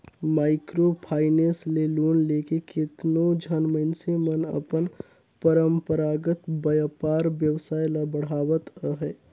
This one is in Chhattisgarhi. माइक्रो फायनेंस ले लोन लेके केतनो झन मइनसे मन अपन परंपरागत बयपार बेवसाय ल बढ़ावत अहें